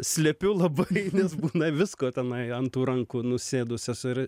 slepiu labai nes būna visko tenai ant tų rankų nusėdusios ir